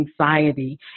anxiety